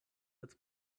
als